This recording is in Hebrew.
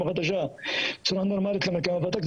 החדשה בצורה נורמלית למרקם הוותיק,